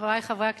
חברי חברי הכנסת,